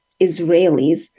Israelis